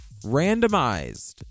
randomized